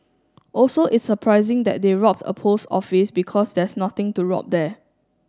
also it's surprising that they robbed a post office because there's nothing to rob there